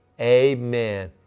amen